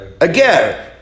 again